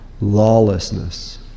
lawlessness